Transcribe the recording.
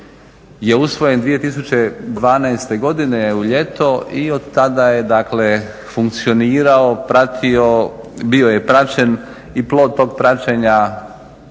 je usvojen 2012. godine u ljeto i od tada je dakle funkcionirao, pratio, bio je praćen. I plod tog praćenja,